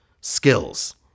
skills